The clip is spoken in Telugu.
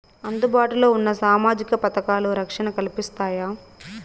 అందుబాటు లో ఉన్న సామాజిక పథకాలు, రక్షణ కల్పిస్తాయా?